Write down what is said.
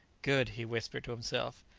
good! he whispered to himself.